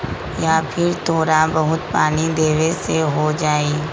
या फिर थोड़ा बहुत पानी देबे से हो जाइ?